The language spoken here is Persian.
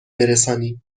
برسانیم